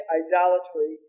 idolatry